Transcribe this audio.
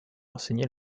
enseigner